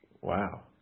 Wow